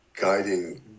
guiding